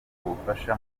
ubufasha